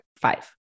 five